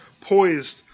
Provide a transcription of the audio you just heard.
poised